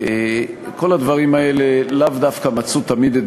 כל הדברים האלה לאו דווקא מצאו תמיד את